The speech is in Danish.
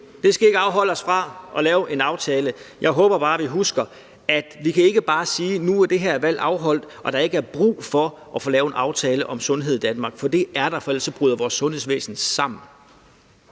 Det skal ikke afholde os fra at lave en aftale. Jeg håber bare, vi husker, at vi ikke bare kan sige, at nu er det her valg afholdt, og at der ikke er brug for at få lavet en aftale om sundhed i Danmark. For det er der, for ellers bryder vores sundhedsvæsen sammen.